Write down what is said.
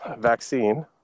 vaccine